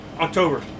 October